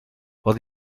wat